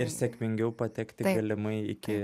ir sėkmingiau patekti galimai iki